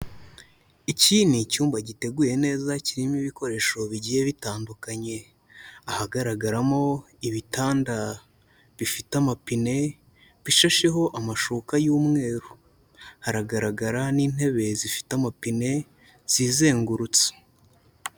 Iki ni icyumba giteguye neza kirimo ibikoresho bigiye bitandukanye ahagaragaramo ibitanda bifite amapine bishasheho amashuka y'umweru, hagaragara n'intebe zifite amapine zizengurutse.